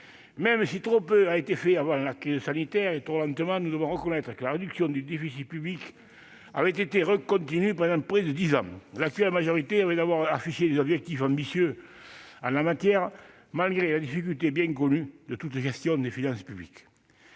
Même si trop peu a été fait avant la crise sanitaire, et trop lentement, nous devons reconnaître que la réduction du déficit public avait été continue pendant près de dix ans. L'actuelle majorité avait d'abord affiché des objectifs ambitieux en la matière, malgré la difficulté, bien connue, de toute gestion des finances publiques.